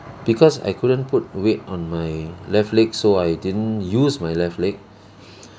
because I couldn't put weight on my left leg so I didn't use my left leg